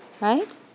right